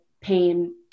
pain